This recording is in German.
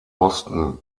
boston